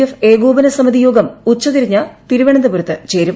F ഏക്കോപന സമിതി യോഗം ഉച്ചതിരിഞ്ഞ് തിരുവനന്തപുരുത്ത് ചേരും